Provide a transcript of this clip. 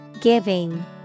Giving